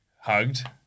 hugged